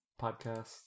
podcast